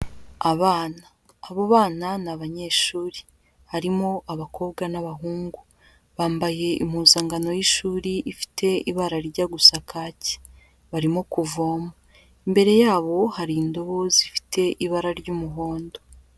Abana abo bana ni abanyeshuri harimo abakobwa n'abahungu, bambaye impuzankano y'ishuri ifite ibara rijya gusa kake barimo kuvoma, imbere yabo hari indubo zifite ibara ry'umuhondo.